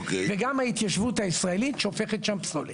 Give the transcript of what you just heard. וגם ההתיישבות הישראלית שופכת שם פסולת.